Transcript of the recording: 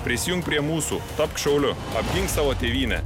prisijunk prie mūsų tapk šauliu apgink savo tėvynę